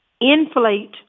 inflate